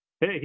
hey